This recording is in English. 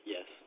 Yes